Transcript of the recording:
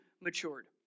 matured